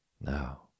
Now